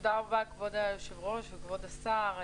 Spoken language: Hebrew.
תודה רבה, כבוד היושב-ראש וכבוד השר.